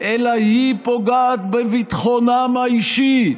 אלא היא פוגעת בביטחונם האישי,